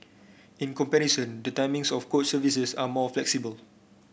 in comparison the timings of coach services are more flexible